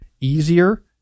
easier